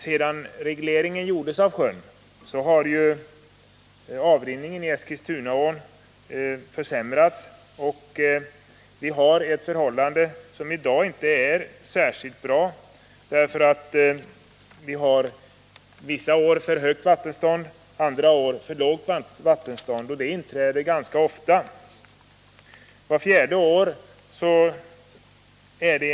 Sedan regleringen av sjön gjordes har avrinningen i Eskilstunaån fö sämrats. Förhållandet är i dag inte särskilt bra. Vissa år har vi för högt vattenstånd och andra år för lågt vattenstånd. Sådana tillstånd förekommer ganska ofta.